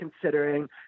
considering